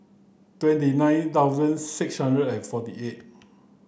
twenty nine thousand six hundred and forty eight